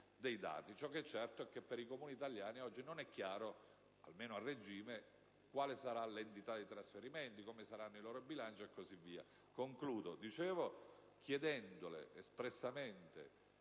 Ciò che è certo è che per i Comuni italiani oggi non è chiaro, almeno a regime, quale sarà l'entità dei trasferimenti, come saranno i loro bilanci e così via.